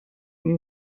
این